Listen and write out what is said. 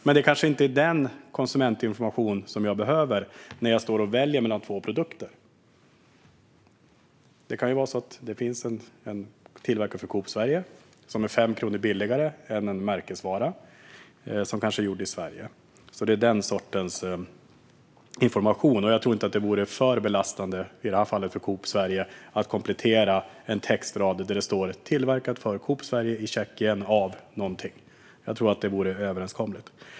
Men det är kanske inte den konsumentinformationen jag behöver när jag ska välja mellan två produkter. En kan vara tillverkad för Coop Sverige och fem kronor billigare än en märkesvara som kanske är gjord i Sverige. Det är den sortens information det handlar om. Jag tror inte att det vore alltför belastande för i det här fallet Coop Sverige att komplettera med en textrad där det står: Tillverkad för Coop Sverige i Tjeckien av någon. Jag tror att det vore överkomligt.